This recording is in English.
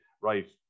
right